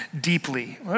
deeply